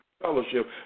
fellowship